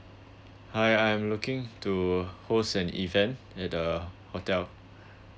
hi I'm looking to host an event at the hotel